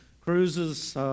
cruises